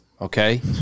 okay